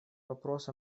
вопрос